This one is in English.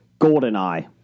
GoldenEye